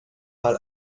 mal